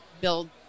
build